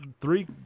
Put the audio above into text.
Three